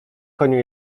koniu